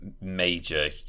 major